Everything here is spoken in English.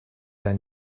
their